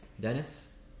dennis